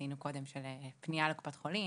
שציינו קודם של פנייה לקופת החולים,